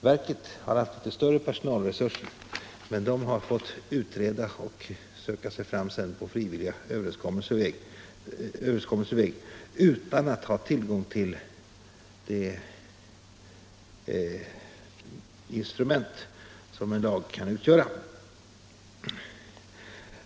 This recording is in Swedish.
Verket har haft litet större personalresurser men har fått utreda och sedan söka sig fram på den frivilliga Marknadsförings överenskommelsens väg utan att ha tillgång till det instrument som en lag kan utgöra.